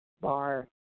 bar